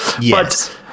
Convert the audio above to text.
Yes